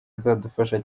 azadufasha